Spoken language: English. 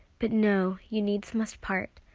but no, you needs must part,